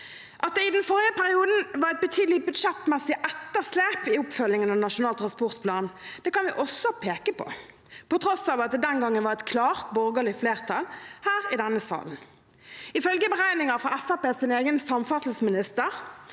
At det i den forrige perioden var et betydelig budsjettmessig etterslep i oppfølgingen av Nasjonal transportplan, kan vi også peke på, på tross av at det den gangen var et klart borgerlig flertall her i denne salen. Ifølge beregninger fra Fremskrittspartiets egen samferdselsminister,